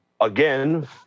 again